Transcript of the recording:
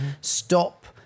Stop